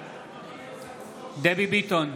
בעד דבי ביטון,